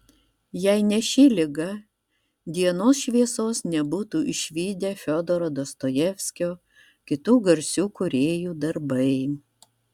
jei ne ši liga dienos šviesos nebūtų išvydę fiodoro dostojevskio kitų garsių kūrėjų darbai